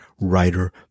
writer